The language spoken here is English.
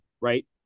right